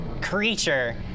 creature